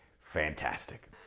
fantastic